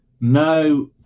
no